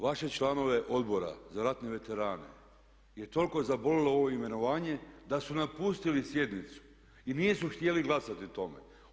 Vaše članove Odbora za ratne veterane je toliko zaboljelo ovo imenovanje da su napustili sjednicu i nisu htjeli glasati o tome.